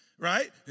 Right